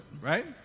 right